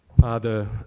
Father